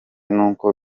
nuko